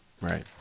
Right